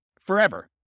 Forever